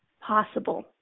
possible